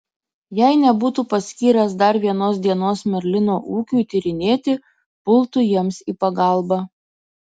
jei nebūtų paskyręs dar vienos dienos merlino ūkiui tyrinėti pultų jiems į pagalbą